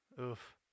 oof